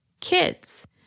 kids